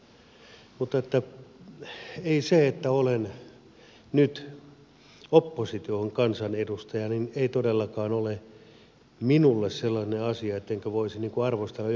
mutta ei se että olen nyt opposition kansanedustaja todellakaan ole minulle sellainen asia ettenkö voisi arvostella jopa omiani